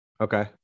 Okay